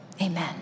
Amen